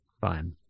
Fine